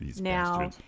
now